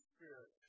Spirit